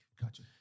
Gotcha